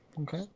okay